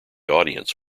audience